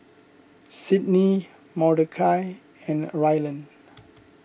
Sydney Mordechai and Rylan